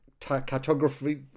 cartography